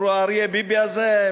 אמרו: אריה ביבי הזה,